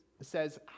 says